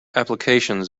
applications